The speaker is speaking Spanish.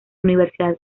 universidad